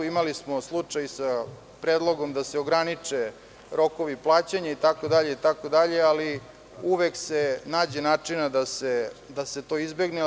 Imali smo slučaj sa predlogom da se ograniče rokovi plaćanja itd, ali uvek se nađe način da se to izbegne.